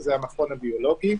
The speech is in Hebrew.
זה המכון הביולוגי,